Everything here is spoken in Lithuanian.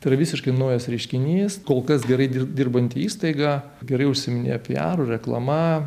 tai yra visiškai naujas reiškinys kol kas gerai dirbanti įstaiga gerai užsiminė apie arų reklama